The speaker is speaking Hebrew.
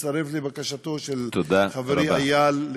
מצטרף לבקשתו של חברי איל,